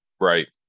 Right